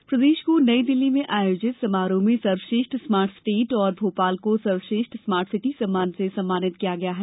सम्मान प्रदेश को नई दिल्ली में आयोजित समारोह में सर्वश्रेष्ठ स्मार्ट स्टेट और भोपाल को सर्वश्रेष्ठ स्मार्ट सिटी सम्मान से सम्मानित किया गया है